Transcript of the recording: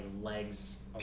legs